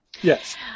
Yes